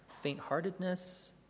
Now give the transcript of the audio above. faint-heartedness